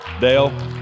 Dale